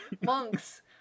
monks